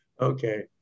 Okay